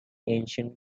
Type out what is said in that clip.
ancient